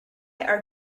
are